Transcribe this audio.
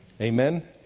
Amen